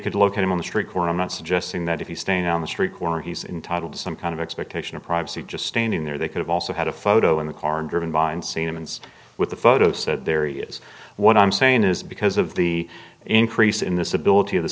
could locate him on the street corner i'm not suggesting that if he's staying on the street corner he's entitled to some kind of expectation of privacy just standing there they could've also had a photo in the car and driven by and seen him and with the photo said there he is what i'm saying is because of the increase in this ability of th